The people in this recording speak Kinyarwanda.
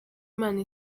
imana